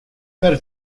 better